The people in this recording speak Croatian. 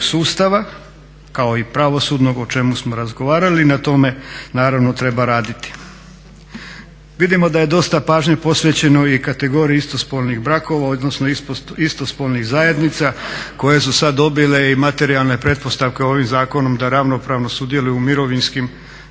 sustava kao i pravosudnog o čemu smo razgovarali i na tome naravno treba raditi. Vidimo da je dosta pažnje posvećeno i kategoriji istospolnih brakova, odnosno istospolnih zajednica koje su sada dobile i materijalne pretpostavke ovim zakonom da ravnopravno sudjeluju u mirovinskom